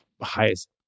highest